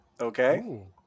Okay